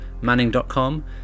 manning.com